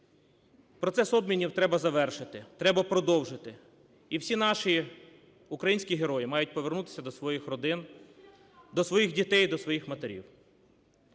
Процес обмінів треба завершити, треба продовжити, і всі наші українські герої мають повернутися до своїх родин, до своїх дітей, до своїх матерів.